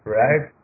right